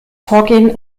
vorgehen